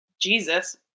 Jesus